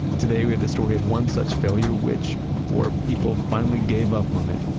today, we have the story of one such failure, which, before people finally gave up on it,